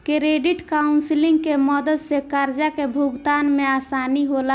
credit counselling के मदद से कर्जा के भुगतान में आसानी होला